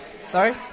Sorry